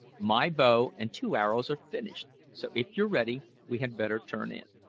my bow and two arrows are finished so, if you're ready, we had better turn in.